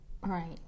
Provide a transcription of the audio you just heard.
Right